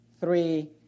three